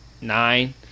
nine